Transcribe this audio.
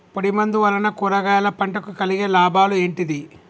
పొడిమందు వలన కూరగాయల పంటకు కలిగే లాభాలు ఏంటిది?